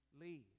lead